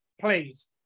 please